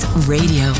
Radio